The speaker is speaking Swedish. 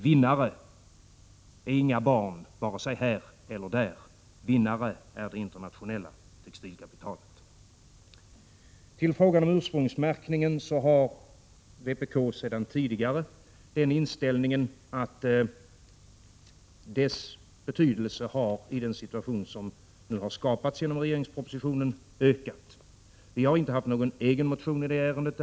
Vinnare är inga barn, varken här eller där, utan det är det internationella textilkapitalet som är vinnare. I frågan om ursprungsmärkningen har vpk den inställningen att dennas betydelse, i den situation som nu har skapats genom regeringspropositionen, har ökat. Vi har inte haft någon egen motion i det ärendet.